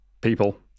people